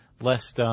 less